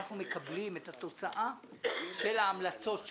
אנחנו מקבלים את התוצאה של ההמלצות שלהם.